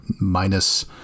minus